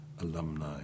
alumni